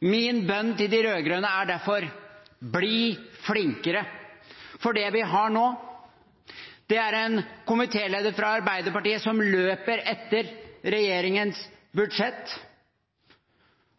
Min bønn til de rød-grønne er derfor: Bli flinkere! Det vi har nå, er en komitéleder fra Arbeiderpartiet som løper etter regjeringens budsjett,